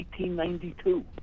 1892